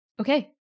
Okay